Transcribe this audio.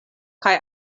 kaj